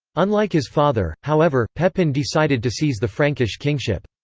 unlike his father, however, pepin decided to seize the frankish kingship.